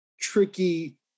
tricky